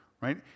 right